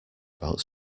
about